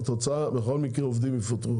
התוצאה היא שהעובדים יפוטרו